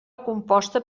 composta